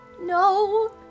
No